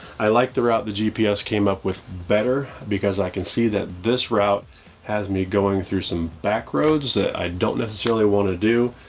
i liked the route the gps came up with better because i can see that this route has me going through some back roads that i don't necessarily want to do.